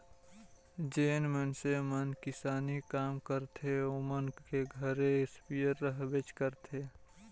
जेन मइनसे मन किसानी काम करथे ओमन कर घरे इस्पेयर रहबेच करथे